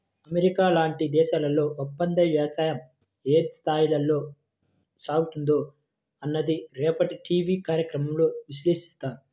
America లాంటి దేశాల్లో ఒప్పందవ్యవసాయం ఏ స్థాయిలో సాగుతుందో అన్నది రేపటి టీవీ కార్యక్రమంలో విశ్లేషిస్తారు